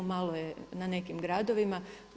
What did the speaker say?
Malo je na nekim gradovima.